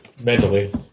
Mentally